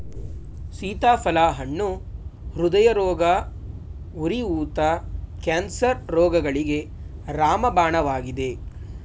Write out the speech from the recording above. ಸೀತಾಫಲ ಹಣ್ಣು ಹೃದಯರೋಗ, ಉರಿ ಊತ, ಕ್ಯಾನ್ಸರ್ ರೋಗಗಳಿಗೆ ರಾಮಬಾಣವಾಗಿದೆ